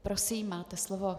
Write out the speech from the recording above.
Prosím, máte slovo.